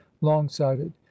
long-sighted